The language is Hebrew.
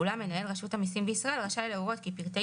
אולם מנהל רשות המסים בישראל רשאי להורות כי פרטי